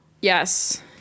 Yes